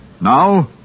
Now